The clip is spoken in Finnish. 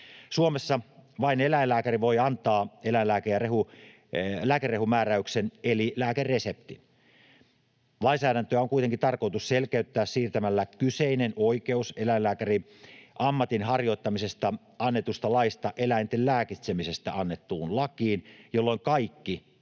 Suomessa vain eläinlääkäri voi antaa eläinlääke- ja lääkerehumääräyksen eli lääkereseptin. Lainsäädäntöä on kuitenkin tarkoitus selkeyttää siirtämällä kyseinen oikeus eläinlääkärinammatin harjoittamisesta annetusta laista eläinten lääkitsemisestä annettuun lakiin, jolloin kaikki